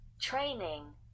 training